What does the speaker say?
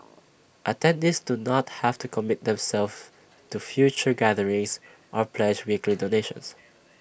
attendees do not have to commit themselves to future gatherings or pledge weekly donations